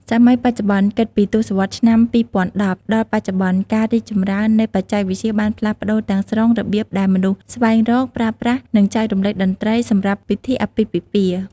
សម័យបច្ចុប្បន្ន គិតពី ទសវត្សរ៍ឆ្នាំ ២០១០ ដល់បច្ចុប្បន្ន ការរីកចម្រើននៃបច្ចេកវិទ្យាបានផ្លាស់ប្ដូរទាំងស្រុងរបៀបដែលមនុស្សស្វែងរក ប្រើប្រាស់ និងចែករំលែកតន្ត្រីសម្រាប់ពិធីអាពាហ៍ពិពាហ៍។